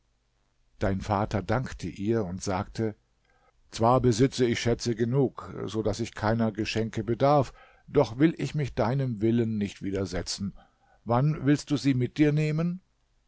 dein vater dankte ihr und sagte zwar besitze ich schätze genug so daß ich keiner geschenke bedarf doch will ich mich deinem willen nicht widersetzen wann willst du sie mit dir nehmen